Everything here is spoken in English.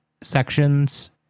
sections